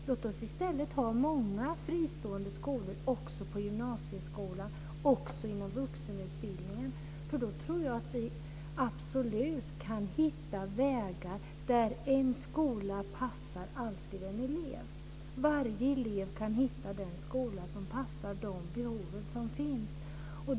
Låt oss i stället ha många fristående skolor också inom gymnasieskolan och inom vuxenutbildningen. Då tror jag absolut att vi kan hitta vägar så att en skola alltid passar en elev, så att varje elev kan hitta den skola som passar de behov som finns.